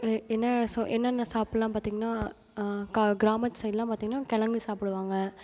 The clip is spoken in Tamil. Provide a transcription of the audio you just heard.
என்ன சொ என்னென்ன சாப்புடலாம் பார்த்தீங்கன்னா க கிராமத்து சைட்லாம் பார்த்தீங்கன்னா கிலங்கு சாப்பிடுவாங்க